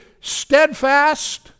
steadfast